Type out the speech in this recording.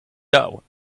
dough